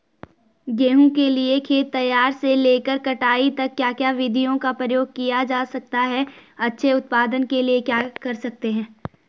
गेहूँ के लिए खेत तैयार से लेकर कटाई तक क्या क्या विधियों का प्रयोग किया जाता है अच्छे उत्पादन के लिए क्या कर सकते हैं?